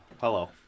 hello